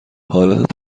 حالت